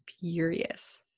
furious